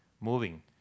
moving